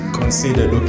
considered